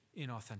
inauthentic